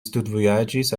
studvojaĝis